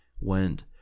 went